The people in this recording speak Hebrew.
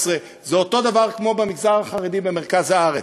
17,000. זה אותו דבר כמו במגזר החרדי במרכז הארץ,